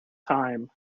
time